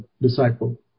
disciple